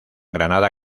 granada